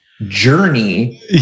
journey